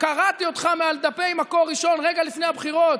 קראתי אותך מעל דפי מקור ראשון רגע לפני הבחירות,